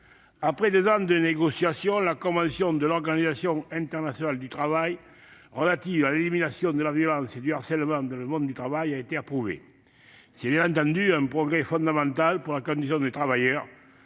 après deux ans de négociations, la convention n° 190 de l'Organisation internationale du travail relative à l'élimination de la violence et du harcèlement dans le monde du travail a été approuvée. C'est bien entendu un progrès fondamental pour la condition des travailleurs.